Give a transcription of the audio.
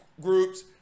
groups